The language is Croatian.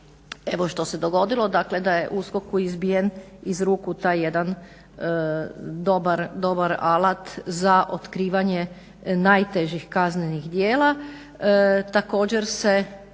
evo što se dogodilo. Dakle, da je USKOK-u izbijen iz ruku taj jedan dobar alat za otkrivanje najtežih kaznenih djela.